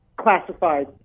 classified